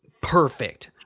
Perfect